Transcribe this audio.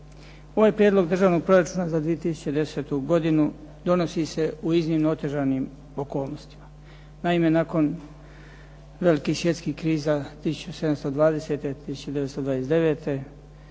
Ovaj Prijedlog državnog proračuna za 2010. godinu donosi se u iznimno otežanim okolnostima. Naime, nakon velikih svjetskih kriza 1720., 1929.